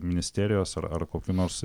ministerijos ar ar kokių nors